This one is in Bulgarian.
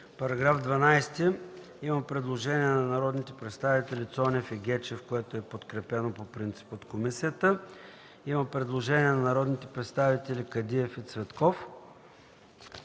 По § 12 има предложение на народните представители Цонев и Гечев, което е подкрепено по принцип от комисията. Има предложение от народните представители Кадиев и Цветков.